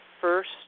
first